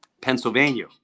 Pennsylvania